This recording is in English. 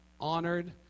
honored